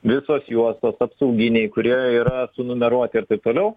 visos juostos apsauginiai kurie yra sunumeruoti ir taip toliau